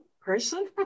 person